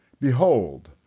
behold